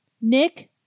Nick